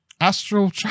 Astral